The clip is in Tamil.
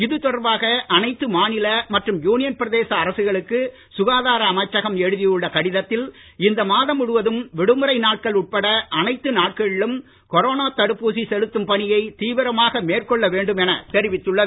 இது தொடர்பாக அனைத்து மாநில மற்றும் யூனியன் பிரதேச அரசுகளுக்கு சுகாதார அமைச்சகம் எழுதியுள்ள கடிதத்தில் இந்த மாதம் முழுவதும் விடுமுறை நாட்கள் உட்பட அனைத்து நாட்களிலும் கொரோனா தடுப்பூசி செலுத்தும் பணியை தீவிரமாக மேற்கொள்ள வேண்டும் என தெரிவித்துள்ளது